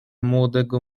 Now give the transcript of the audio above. młodego